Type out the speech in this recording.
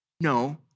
No